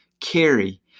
carry